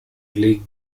league